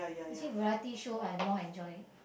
actually variety show I have long enjoy it